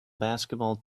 basketball